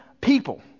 people